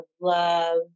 love